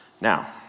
Now